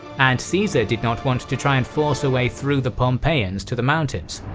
and caesar did not want to try and force a way through the pompeians to the mountains.